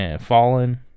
Fallen